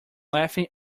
laughing